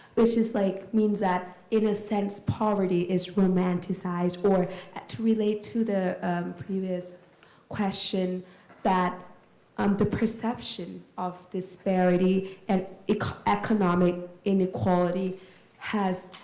which is like, means that in a sense poverty is romanticized or to relate to the previous question that um the perception of disparity and economic inequality has,